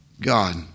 God